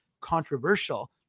controversial